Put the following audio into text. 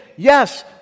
Yes